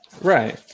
Right